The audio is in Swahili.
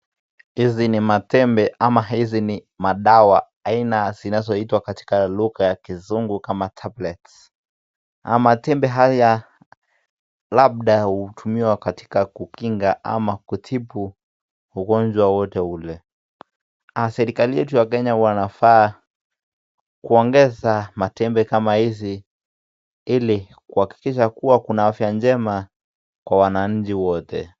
Hizi ni matembe ama hizi ni madawa ambazo aina zinazoitwa kwa kuzungu tablets. Matembe haya hutumika labda kukinga ama kutibu magonjwa mbalimbali. Serikali yetu ya Kenya wanafaa kuongeza matembe kama hizi hili kuhakikisha afya njema kwa wananchi wote .